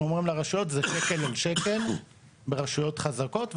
אומרים לרשויות זה שקל על שקל ברשויות חזקות,